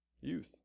youth